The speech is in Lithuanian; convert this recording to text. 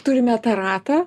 turime tą ratą